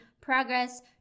progress